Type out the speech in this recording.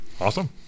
Awesome